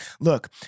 look